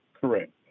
Correct